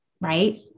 right